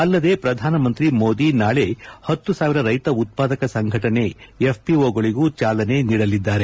ಅಲ್ಲದೆ ಪ್ರಧಾನಮಂತ್ರಿ ಮೋದಿ ನಾಳೆ ಪತ್ತು ಸಾವಿರ ರೈತ ಉತ್ಪಾದಕ ಸಂಘಟನೆ ಎಫ್ಪಿಓಗಳಿಗೂ ಚಾಲನೆ ನೀಡಲಿದ್ದಾರೆ